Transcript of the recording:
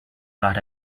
got